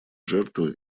жертвы